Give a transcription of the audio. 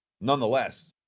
Nonetheless